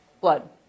blood